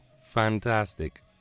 Fantastic